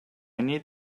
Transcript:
need